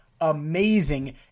amazing